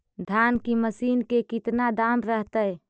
धान की मशीन के कितना दाम रहतय?